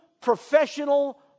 professional